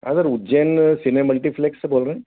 हाँ sir Ujjain cine multiplex से बोल रहें